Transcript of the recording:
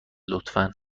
لطفا